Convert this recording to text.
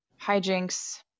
hijinks